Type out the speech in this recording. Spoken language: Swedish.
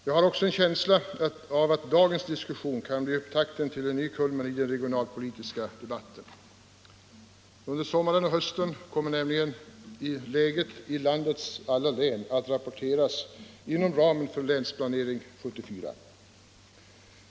Jag har också en känsla av att dagens diskussion kan bli upptakten till en ny kulmen i den regionalpolitiska debatten. Under sommaren och hösten kommer nämligen läget i landets alla län att rapporteras inom ramen för Länsplanering 1974.